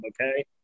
okay